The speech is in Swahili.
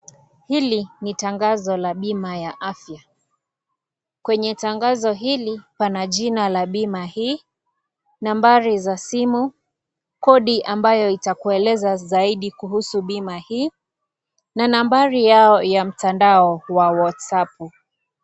Hili ni tangazo la bima la afya. Kwenye tangazo hili, pana jina la bima hii, nambari za simu, kodi ambayo itakueleza zaidi kuhusu bima hii na nambari yao ya mtandao wa WhatsAppu.